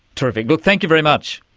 terrific. but thank you very much.